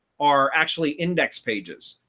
are actually index pages.